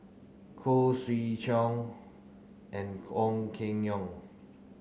Khoo Swee Chiow and Ong Keng Yong